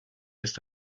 ist